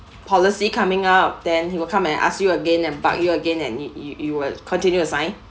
policy coming out then he will come and ask you again and bug you again and you you you will continue to sign